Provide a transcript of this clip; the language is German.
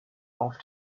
auf